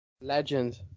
Legend